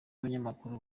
abanyamakuru